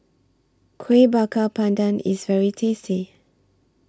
Kueh Bakar Pandan IS very tasty